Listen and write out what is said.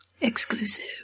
Exclusive